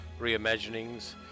reimaginings